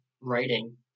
writing